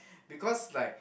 because like